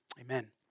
amen